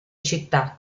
città